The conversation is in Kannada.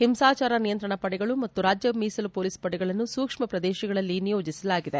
ಹಿಂಸಾಚಾರ ನಿಯಂತ್ರಣ ಪಡೆಗಳು ಮತ್ತು ರಾಜ್ಯ ಮೀಸಲು ಪೊಲೀಸ್ ಪಡೆಗಳನ್ನು ಸೂಕ್ಷ್ಮ ಪ್ರದೇಶಗಳಲ್ಲಿ ನಿಯೋಜಿಸಲಾಗಿದೆ